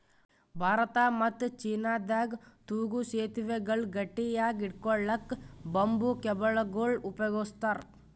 ಭಾರತ ಮತ್ತ್ ಚೀನಾದಾಗ್ ತೂಗೂ ಸೆತುವೆಗಳ್ ಗಟ್ಟಿಯಾಗ್ ಹಿಡ್ಕೊಳಕ್ಕ್ ಬಂಬೂ ಕೇಬಲ್ಗೊಳ್ ಉಪಯೋಗಸ್ತಾರ್